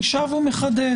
אני שב ומחדד,